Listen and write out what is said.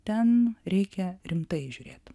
ten reikia rimtai žiūrėt